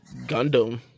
Gundam